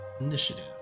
initiative